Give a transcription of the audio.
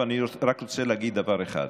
אבל אני רק רוצה להגיד דבר אחד: